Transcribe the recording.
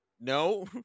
no